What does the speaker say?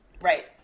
Right